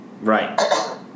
Right